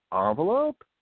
envelope